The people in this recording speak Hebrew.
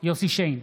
יוסף שיין,